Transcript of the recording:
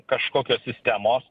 kažkokios sistemos